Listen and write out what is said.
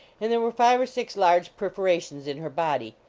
and there were five or six large perforations in her body.